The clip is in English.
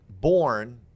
born